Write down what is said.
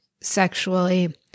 sexually